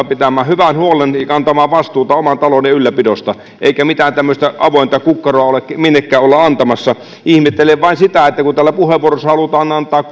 pitämään hyvän huolen ja kantamaan vastuuta oman talouden ylläpidosta eikä mitään tämmöistä avointa kukkaroa olla minnekään antamassa ihmettelen vain sitä kun täällä puheenvuoroissa halutaan antaa